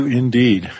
indeed